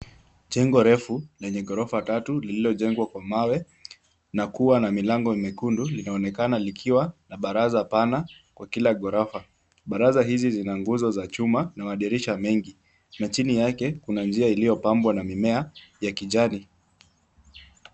Jengo refu lenye ghorofa tatu lililojengwa kwa mawe na kuwa na milango mekundu, linaonekana likiwa na baraza pana kwa kila ghorofa. Baraza hizi zina nguzo za chuma na madirisha mengi na chini yake kuna njia iliyopambwa na mimea ya kijani.